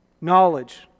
knowledge